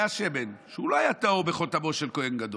היה שמן שהוא לא היה טהור בחותמו של כהן גדול,